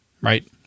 right